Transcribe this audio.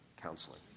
counseling